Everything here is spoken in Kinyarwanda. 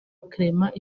clement